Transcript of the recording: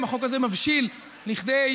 אני מקווה,